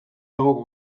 dago